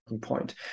point